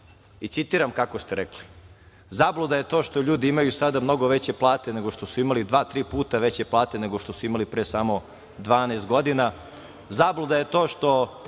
i citiram kako ste rekli – zabluda je to što ljudi imaju sada mnogo veće plate nego što su imali dva tri puta veće plate, pre samo 12 godina i zabluda je to što